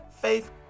faith